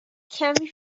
کمی